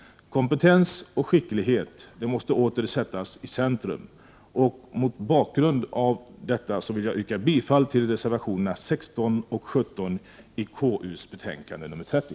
Kompetens och skicklighet måste åter sättas i centrum. Mot bakgrund av detta yrkar jag bifall till reservationerna 16 och 17 vid konstitutionsutskottets betänkande nr 30.